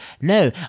no